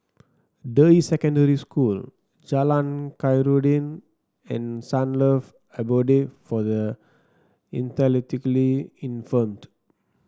Deyi Secondary School Jalan Khairuddin and Sunlove Abode for the Intellectually Infirmed